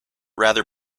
rather